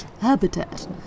habitat